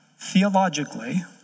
theologically